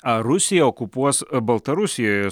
ar rusija okupuos baltarusiją